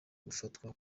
gufatwa